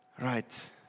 Right